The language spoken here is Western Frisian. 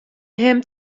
him